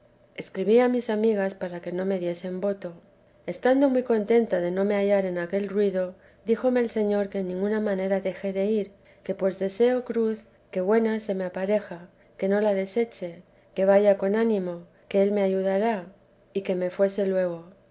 escribí a mis amigas para que no me diesen voto estando muy contenta de no me hallar en aquel ruido di jome el señor que en ninguna manera deje de ir que pues deseo cruz que buena se me apareja que no la deseche que vaya con ánimo que él me ayudará y que me fuese luego